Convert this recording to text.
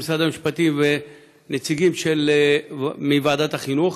משרד המשפטים ונציגים מוועדת החינוך,